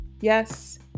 Yes